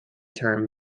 term